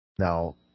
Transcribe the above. Now